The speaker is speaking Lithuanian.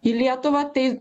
į lietuvą tai